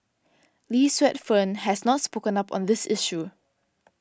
Lee Suet Fern has not spoken up on this issue